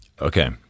Okay